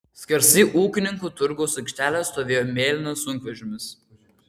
skersai ūkininkų turgaus aikštelės stovėjo mėlynas sunkvežimis